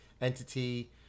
entity